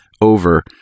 over